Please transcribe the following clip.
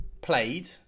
played